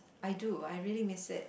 I do I really miss it